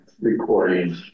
recording